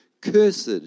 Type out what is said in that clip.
Cursed